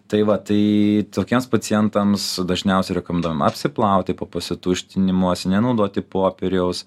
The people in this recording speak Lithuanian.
tai va tai tokiems pacientams dažniausiai rekomenduojama apsiplauti po pasituštinimosi nenaudoti popieriaus